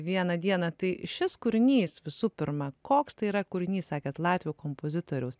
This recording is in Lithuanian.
vieną dieną tai šis kūrinys visų pirma koks tai yra kūrinys sakėt latvių kompozitoriaus